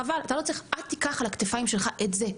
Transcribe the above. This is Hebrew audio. חבל, אל תיקח על הכתפיים שלך את זה.